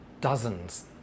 dozens